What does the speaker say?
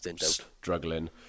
struggling